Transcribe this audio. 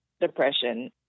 depression